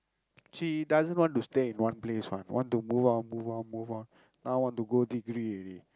she doesn't want to stay in one place one want to move on move on move on now want to go degree already